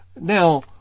Now